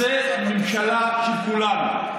זו ממשלה של כולנו.